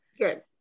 Good